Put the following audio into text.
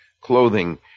clothing